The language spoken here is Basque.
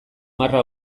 marra